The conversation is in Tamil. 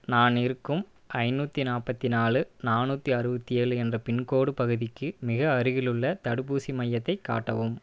நான் இருக்கும் ஐநூற்றி நாற்பத்தி நாலு நானூற்றி அறுவத்தேழு என்ற பின்கோடு பகுதிக்கு மிக அருகிலுள்ள தடுப்பூசி மையத்தைக் காட்டவும்